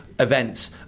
events